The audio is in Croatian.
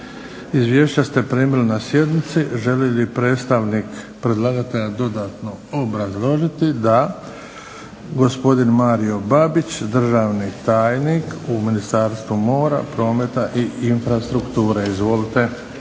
Izvješća ste primili na sjednici. Želi li predstavnik predlagatelja dodatno obrazložiti? Da. Gospodin Mario Babić državni tajnik u Ministarstvu mora, prometa i infrastrukture. Izvolite.